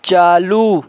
चालू